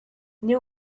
nie